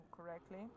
correctly